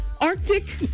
Arctic